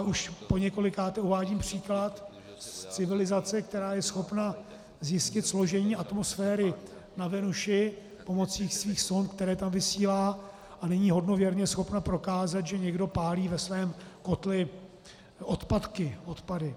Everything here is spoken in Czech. Už poněkolikáté uvádím příklad z civilizace, která je schopna zjistit složení atmosféry na Venuši pomocí svých sond, které tam vysílá, a není hodnověrně schopna prokázat, že někdo pálí ve svém kotli odpadky a odpady.